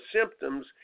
symptoms